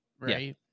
right